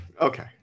Okay